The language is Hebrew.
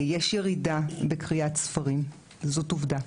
יש ירידה בקריאת ספרים, זאת עובדה.